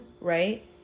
right